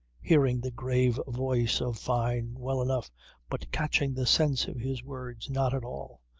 hearing the grave voice of fyne well enough but catching the sense of his words not at all,